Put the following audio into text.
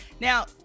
now